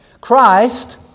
Christ